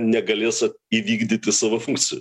negalės įvykdyti savo funkcijų